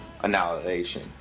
annihilation